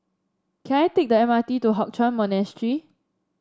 can I take the M R T to Hock Chuan Monastery